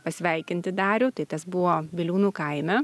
pasveikinti darių tai kas buvo biliūnų kaime